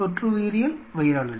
தொற்று உயிரியல் வைராலஜி